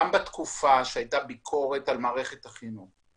גם בתקופה שהייתה ביקורת על מערכת החינוך.